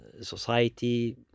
society